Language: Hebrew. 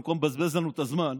במקום לבזבז לנו את הזמן,